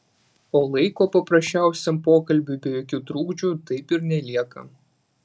o laiko paprasčiausiam pokalbiui be jokių trukdžių taip ir nelieka